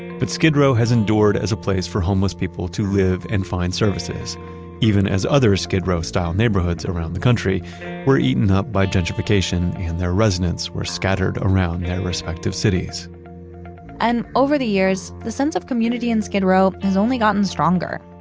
but skid row has endured as a place for homeless people to live and find services even as other skid row style neighborhoods around the country were eaten up by gentrification, and their residents were scattered around their respective cities and over the years, the sense of community in skid row has only gotten stronger.